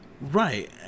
Right